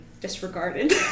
disregarded